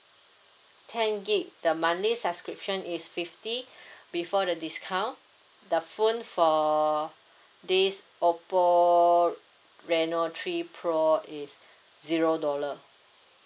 ten gig the monthly subscription is fifty before the discount the phone for this OPPO Reno three pro is zero dollar